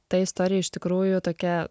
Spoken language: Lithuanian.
ta istorija iš tikrųjų tokia